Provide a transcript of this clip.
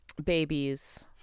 babies